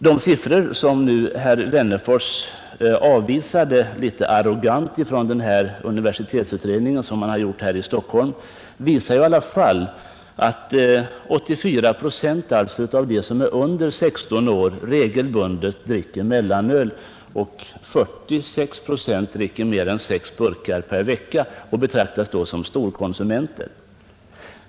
De siffror som undersökningen av pedagogiska institutionen i Stockholm kommit fram till och som herr Wennerfors litet arrogant avvisade, säger i alla fall att 84 procent av dem som är under 16 år regelbundet dricker mellanöl och att 46 procent dricker mer än sex burkar per vecka och därmed är att betrakta som storkonsumenter.